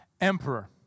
emperor